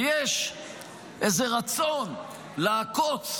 כי יש איזה רצון לעקוץ